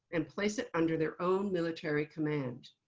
and place it under their own military command.